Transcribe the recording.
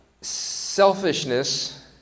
Selfishness